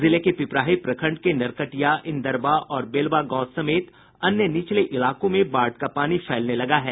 जिले के पिपराही प्रखंड के नरकटिया इंदरवा और बेलवा गांव समेत अन्य निचले इलाकों में बाढ़ का पानी फैलने लगा है